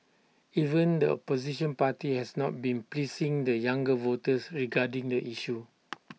even the opposition party has not been pleasing the younger voters regarding the issue